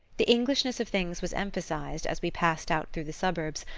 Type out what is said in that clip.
the englishness of things was emphasized, as we passed out through the suburbs,